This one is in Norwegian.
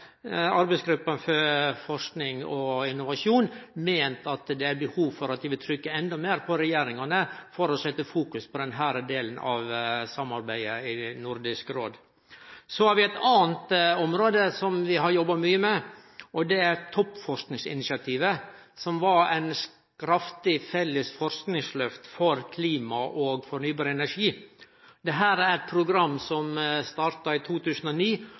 for forsking og innovasjon meint at det er behov for å leggje endå meir trykk på regjeringane for å få sett fokus på denne delen av samarbeidet i Nordisk råd. Så er det eit anna område som vi har jobba mykje med, og det er Toppforskingsinitiativet, som var eit kraftig felles forskingslyft for klima og fornybar energi. Dette er eit program som starta i 2009,